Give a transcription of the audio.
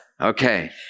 Okay